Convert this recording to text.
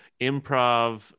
improv